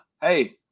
hey